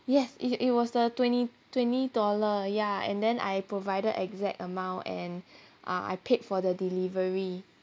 yes it it was the twenty twenty dollar ya and then I provided exact amount and I paid for the delivery